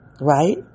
Right